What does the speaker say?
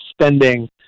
spending